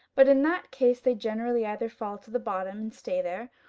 but in that case they generally either fall to the bottom and stay there,